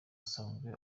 asanzwe